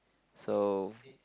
so